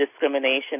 discrimination